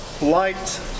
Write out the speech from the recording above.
light